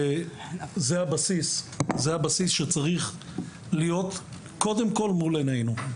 וזה הבסיס שצריך להיות מול עיננו,